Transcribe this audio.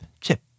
chip